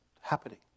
happening